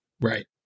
Right